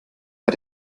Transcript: bei